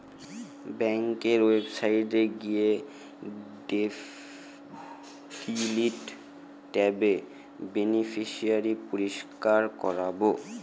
ব্যাঙ্কের ওয়েবসাইটে গিয়ে ডিলিট ট্যাবে বেনিফিশিয়ারি পরিষ্কার করাবো